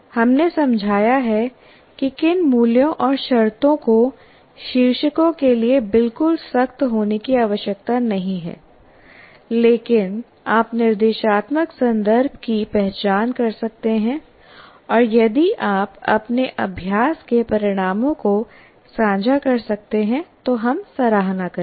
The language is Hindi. हमने समझाया है कि किन मूल्यों और शर्तों को शीर्षकों के लिए बिल्कुल सख्त होने की आवश्यकता नहीं है लेकिन आप निर्देशात्मक संदर्भ की पहचान कर सकते हैं और यदि आप अपने अभ्यास के परिणामों को साझा कर सकते हैं तो हम सराहना करेंगे